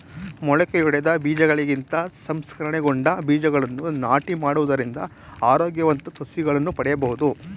ಮೊಳಕೆಯೊಡೆದ ಬೀಜಗಳಿಗಿಂತ ಸಂಸ್ಕರಣೆಗೊಂಡ ಬೀಜಗಳನ್ನು ನಾಟಿ ಮಾಡುವುದರಿಂದ ಆರೋಗ್ಯವಂತ ಸಸಿಗಳನ್ನು ಪಡೆಯಬೋದು